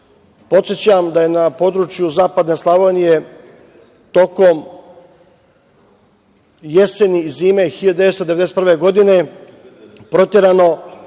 Podsećam da je na području zapadne Slavonije tokom jeseni i zime 1991. godine proterano